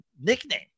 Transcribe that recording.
nickname